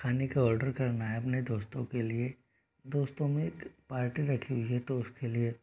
खाने का ऑर्डर करना है अपने दोस्तों के लिए दोस्तों में एक पार्टी रखी हुई है तो उसके लिए